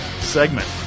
Segment